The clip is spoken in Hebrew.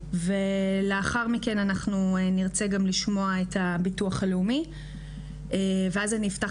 לאחר מכן אנחנו נרצה גם לשמוע את הביטוח הלאומי ואז אני אפתח